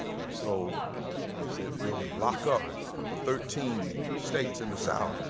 and so they said, we'll lock up the thirteen states in the south.